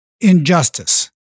injustice